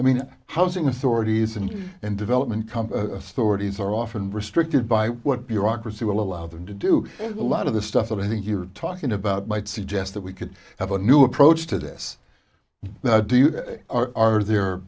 i mean housing authorities and and development come stories are often restricted by what bureaucracy will allow them to do a lot of the stuff that i think you're talking about might suggest that we could have a new approach to this now do you that are there